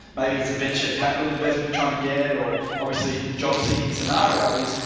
maybe it's a venture capital investment you're trying to get or obviously job-seeking scenarios.